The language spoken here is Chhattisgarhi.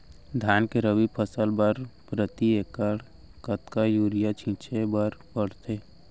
धान के रबि फसल बर प्रति एकड़ कतका यूरिया छिंचे बर पड़थे?